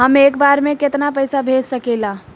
हम एक बार में केतना पैसा भेज सकिला?